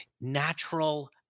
natural